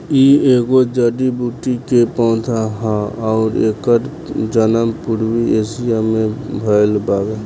इ एगो जड़ी बूटी के पौधा हा अउरी एकर जनम पूर्वी एशिया में भयल बावे